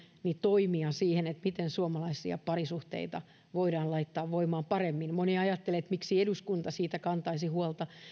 toimia siihen miten suomalaisia parisuhteita voidaan laittaa voimaan paremmin moni ajattelee että miksi eduskunta siitä kantaisi huolta